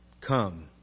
come